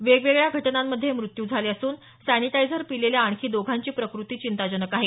वेगवेगळ्या घटनांमध्ये हे मृत्यू झाले असून सॅनिटायझर पिलेल्या आणखी दोघांची प्रकृती चिंताजनक आहे